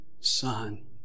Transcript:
Son